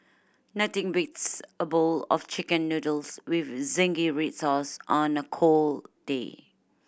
nothing beats a bowl of Chicken Noodles with zingy red sauce on a cold day